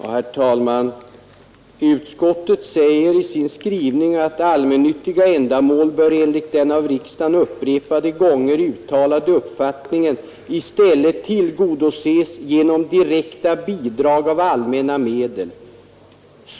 Herr talman! Utskottet framhåller i sin skrivning: ”Allmännyttiga ändamål bör enligt den av riksdagen upprepade gånger uttalade uppfattningen i stället tillgodoses genom direkta bidrag av allmänna medel.